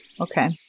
Okay